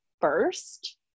first